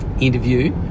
interview